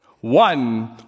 One